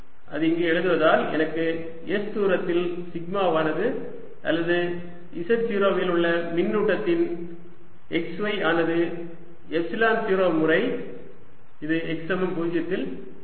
அது இங்கே எழுதுவதால் எனக்கு s தூரத்தில் சிக்மாவானது அல்லது z0 இல் உள்ள மின்னூட்டத்தின் x y ஆனது எப்சிலன் 0 முறை இது z சமம் 0 இல் உள்ளது